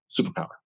superpower